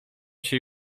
się